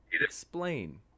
Explain